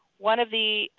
one of the